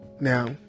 Now